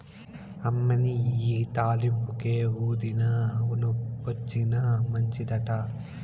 అమ్మనీ ఇయ్యి తాలింపుకే, ఊదినా, నొప్పొచ్చినా మంచిదట